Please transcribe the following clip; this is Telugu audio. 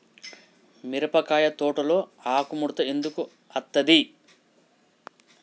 మిరపకాయ తోటలో ఆకు ముడత ఎందుకు అత్తది?